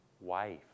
wife